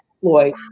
Floyd